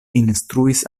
instruis